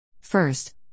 First